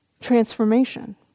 transformation